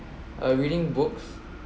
uh reading books